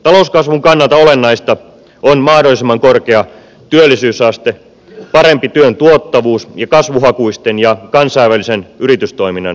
talouskasvun kannalta olennaista on mahdollisimman korkea työllisyysaste parempi työn tuottavuus ja kasvuhakuisen ja kansainvälisen yritystoiminnan tukeminen